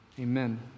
Amen